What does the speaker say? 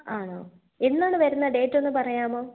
ആണോ എന്നാണ് വരുന്നത് ഡേറ്റൊന്നു പറയാമോ